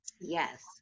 Yes